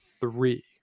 three